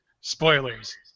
spoilers